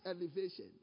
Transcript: elevation